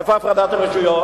איפה הפרדת הרשויות?